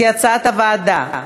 כהצעת הוועדה.